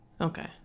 Okay